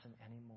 anymore